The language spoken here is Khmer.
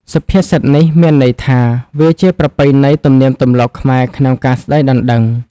សុភាសិតនេះ មានន័យថា វាជាប្រពៃណីទំនៀមទម្លាប់ខ្មែរក្នុងការស្ដីដណ្ដឹង ។